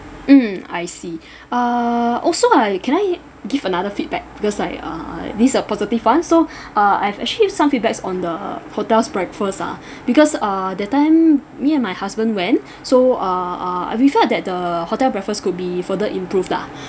mm I see uh also I can I give another feedback because I uh this a positive one so uh I've actually have some feedbacks on the hotel's breakfast ah because err that time me and my husband went so uh uh we felt that the hotel breakfast could be further improved lah